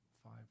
five